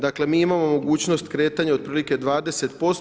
Dakle, mi imamo mogućnost kretanja otprilike 20%